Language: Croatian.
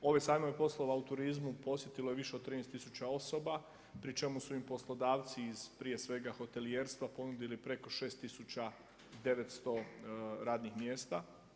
Ove sajmove poslova u turizmu posjetilo je više od 13 tisuća osoba pri čemu su im poslodavci iz prije svega hotelijerstva ponudili preko 6900 radnih mjesta.